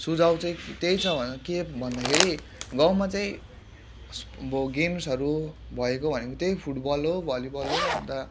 सुझाउ चाहिँ त्यही छ के भन्दाखेरि गाउँमा चाहिँ अब गेम्सहरू भएको भनेको त्यही फुटबल हो भलिबल हो अन्त